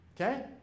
Okay